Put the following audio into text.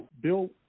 Bill